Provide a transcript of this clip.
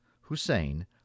Hussein